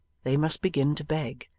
they must begin to beg.